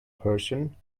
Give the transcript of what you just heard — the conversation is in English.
person